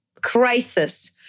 crisis